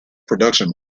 production